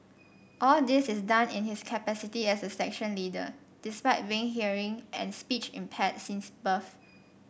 all this is done in his capacity as a section leader despite being hearing and speech impaired since birth